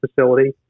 facility